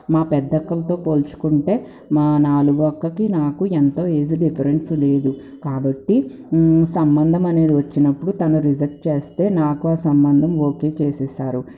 మా పెద్దక్కలతో పోల్చుకుంటే మా నాలుగో అక్కకి నాకు ఎంతో ఏజు డిఫరెన్సు లేదు కాబట్టి సంబంధమనేది వచ్చినప్పుడు తను రిజక్ట్ చేస్తే నాకా సంబంధం ఓకే చేసేసారు